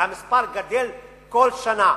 והמספר גדל כל שנה.